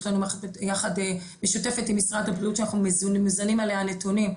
יש לנו מערכת משותפת עם משרד הבריאות שמוזנים אליה נתונים.